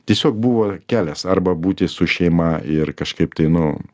tiesiog buvo kelias arba būti su šeima ir kažkaip tai nu